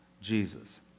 Jesus